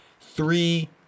three